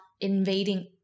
invading